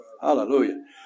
Hallelujah